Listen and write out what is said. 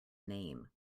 name